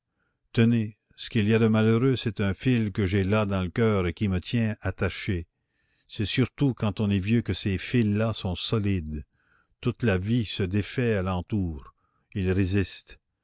tenez ce qu'il y a de malheureux c'est un fil que j'ai là dans le coeur et qui me tient attaché c'est surtout quand on est vieux que ces fils là sont solides toute la vie se défait alentour ils résistent